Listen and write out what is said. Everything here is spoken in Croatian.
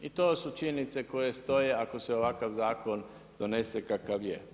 I to su činjenice koje stoje ako se ovakav zakon donese kakav je.